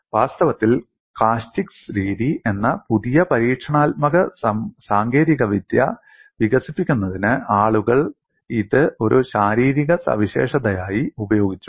വാസ്തവത്തിൽ കാസ്റ്റിക്സ് രീതി എന്ന പുതിയ പരീക്ഷണാത്മക സാങ്കേതികവിദ്യ വികസിപ്പിക്കുന്നതിന് ആളുകൾ ഇത് ഒരു ശാരീരിക സവിശേഷതയായി ഉപയോഗിച്ചു